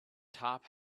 top